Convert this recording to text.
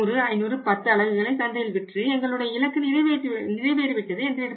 10050010 அலகுகளை சந்தையில் விற்று எங்களுடைய இலக்கு நிறைவேறிவிட்டது என்றிருப்பர்